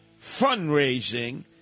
fundraising